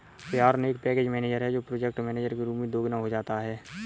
yarn एक package manager है जो प्रोजेक्ट मैनेजर के रूप में दोगुना हो जाता है